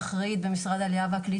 ולכן פנינו עם הנושא הזה לות"ת,